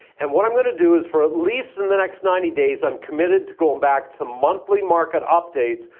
and what i'm gonna do is, for at least in the next ninety days, i'm committed to going back to monthly market updates,